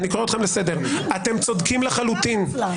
אני קורא אותך לסדר פעם שנייה.